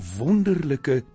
wonderlijke